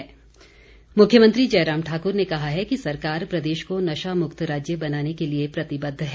मुख्यमंत्री मुख्यमंत्री जयराम ठाकुर ने कहा है कि सरकार प्रदेश को नशा मुक्त राज्य बनाने के लिए प्रतिबद्ध है